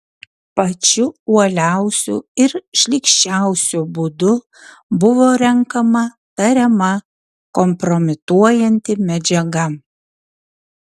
pačiu uoliausiu ir šlykščiausiu būdu buvo renkama tariama kompromituojanti medžiaga